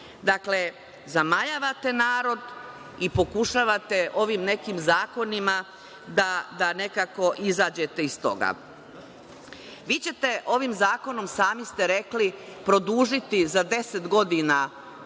Dakle, zamajavate narod i pokušavate ovim nekim zakonima da nekako izađete iz toga. Vi ćete ovim zakonom, sami ste rekli, produžiti za 10 godina, u